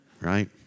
right